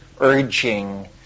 urging